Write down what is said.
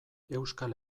euskal